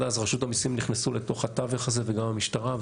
אז רשות המיסים נכנסו לתוך התווך הזה וגם המשטרה,